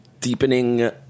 deepening